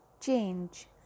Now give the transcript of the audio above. change